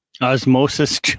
osmosis